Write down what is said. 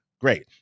Great